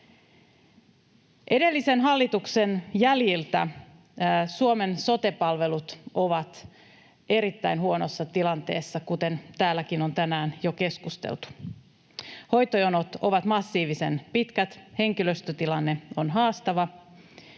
Edellisen hallituksen jäljiltä Suomen sote-palvelut ovat erittäin huonossa tilanteessa, kuten täälläkin on tänään jo keskusteltu. Hoitojonot ovat massiivisen pitkät, henkilöstötilanne on haastava,